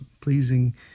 pleasing